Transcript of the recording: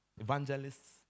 evangelists